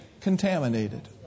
contaminated